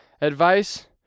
advice